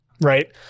right